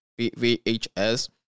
VHS